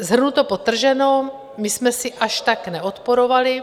Shrnuto, podtrženo, my jsme si až tak neodporovali.